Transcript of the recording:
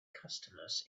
customers